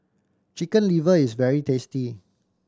Chicken Liver is very tasty